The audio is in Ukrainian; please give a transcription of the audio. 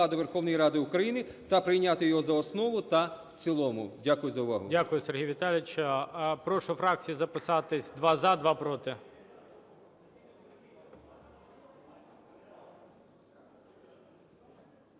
Дякую за увагу.